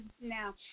Now